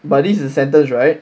but this is a sentence right